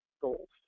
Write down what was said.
goals